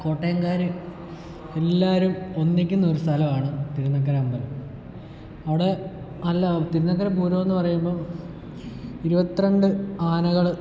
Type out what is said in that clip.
കോട്ടയംകാർ എല്ലാവരും ഒന്നിക്കുന്ന ഒരു സ്ഥലമാണ് തിരുനക്കര അമ്പലം അവിടെ അല്ല തിരുനക്കര പൂരമെന്ന് പറയുമ്പോൾ ഇരുപത്തിരണ്ട് ആനകൾ